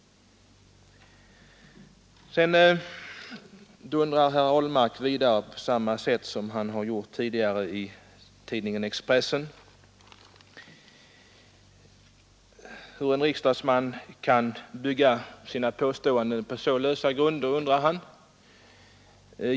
Sedan dundrar herr Ahlmark vidare på samma sätt som han gjort tidigare i tidningen Expressen. Han undrar hur en riksdagsman kan bygga sina påståenden på så lösa grunder.